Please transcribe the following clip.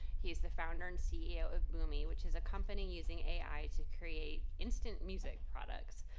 he's the founder and ceo of boomy, which is a company using ai to create instant music products,